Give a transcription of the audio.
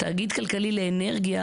תאגיד כלכלי לאנרגיה